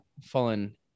fallen